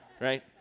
right